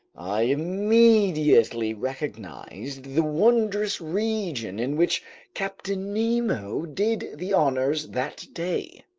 i immediately recognized the wondrous region in which captain nemo did the honors that day.